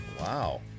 Wow